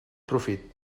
profit